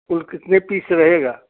कुल कितने पीस रहेंगे